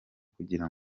kugira